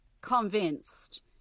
convinced